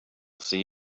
see